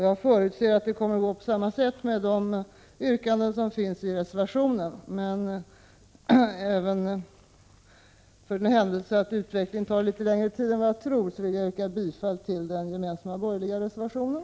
Jag förutser att det kommer att gå till på samma sätt med de yrkanden som finns i reservationen. För den händelse att utvecklingen tar litet längre tid än jag tror, vill jag yrka bifall till den gemensamma borgerliga reservationen.